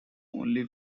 only